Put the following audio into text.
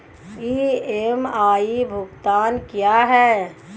EMI भुगतान क्या है?